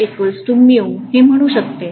आणि मी हे म्हणू शकतो